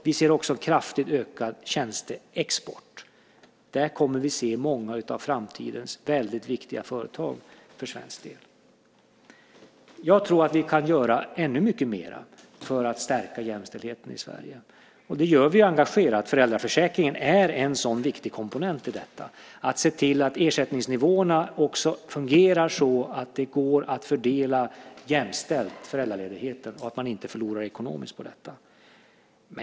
Vi ser också en kraftigt ökad tjänsteexport. Där kommer vi att se många av framtidens väldigt viktiga företag för svensk del. Jag tror att vi kan göra ännu mycket mer för att stärka jämställdheten i Sverige. Det gör vi engagerat. Föräldraförsäkringen är en sådan viktig komponent i detta. Det gäller att se till att ersättningsnivåerna också fungerar så att det går att fördela föräldraledigheten jämställt och att man inte förlorar ekonomiskt på detta.